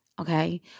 okay